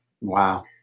Wow